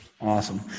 Awesome